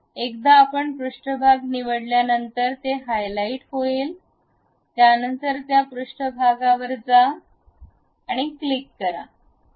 एकदा आपण पृष्ठभाग निवडल्यानंतर ते हायलाइट होईल त्यानंतर या पृष्ठभागावर जा क्लिक करा